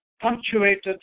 punctuated